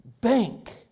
bank